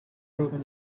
proven